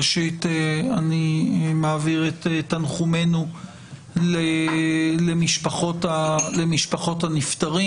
ראשית, אני מעביר את תנחומינו למשפחות הנפטרים.